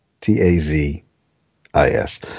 T-A-Z-I-S